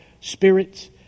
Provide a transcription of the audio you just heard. spirits